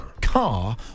car